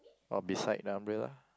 or beside the umbrella